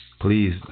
Please